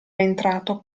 entrato